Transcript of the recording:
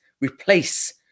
replace